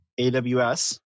AWS